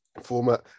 format